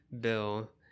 Bill